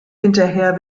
hinterher